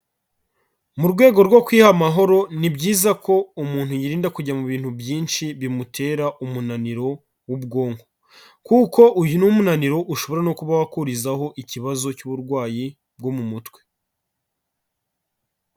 Mu rwego rwo kwiha amahoro ni byiza ko umuntu yirinda kujya mu bintu byinshi bimutera umunaniro w'ubwonko kuko uyu ni umunaniro ushobora no kuba wakurizaho ikibazo cy'uburwayi bwo mu mutwe.